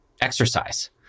exercise